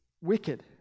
wicked